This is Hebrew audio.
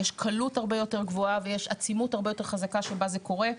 יש קלות הרבה יותר גבוהה ויש עצימות הרבה יותר חזקה שבה זה קורה,